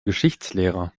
geschichtslehrer